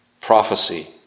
prophecy